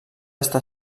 està